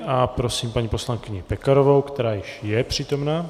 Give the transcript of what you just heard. A prosím paní poslankyni Pekarovou, která již je přítomna.